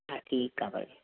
हा ठीकु आहे बसि